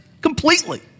completely